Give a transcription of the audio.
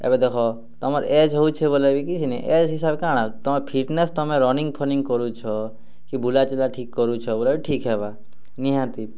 ଏବେ ଦେଖ ତମର୍ ଏଜ୍ ହେଉଛେ ବେଲେ ବି କିଛି ନିଁ ଏଜ୍ ହିସାବରେ କା'ଣା ତମର୍ ଫିଟନେସ୍ ତମେ ରନିଙ୍ଗ୍ ଫନିଙ୍ଗ୍ କରୁଛ କି ବୁଲାଚଲା ଠିକ୍ କରୁଛ ବେଲେ ବି ଠିକ୍ ହେବା ନିହାତି